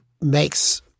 makes –